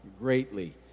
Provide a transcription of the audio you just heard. greatly